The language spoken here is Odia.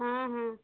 ହଁ ହଁ